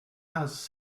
has